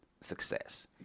success